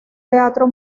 teatro